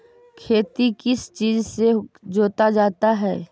खेती किस चीज से जोता जाता है?